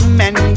men